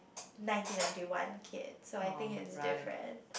nineteen ninety one kid so I think it's different